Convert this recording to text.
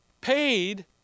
paid